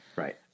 Right